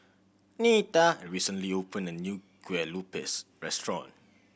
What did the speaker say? Netta recently opened a new Kueh Lopes restaurant